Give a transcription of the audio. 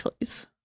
please